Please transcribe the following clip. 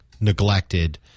neglected –